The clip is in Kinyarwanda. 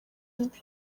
mbi